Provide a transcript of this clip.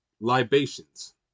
libations